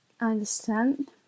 understand